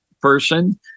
person